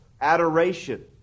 adoration